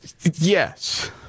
Yes